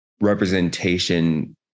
representation